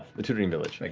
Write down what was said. the tutoring village. like